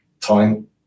time